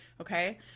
okay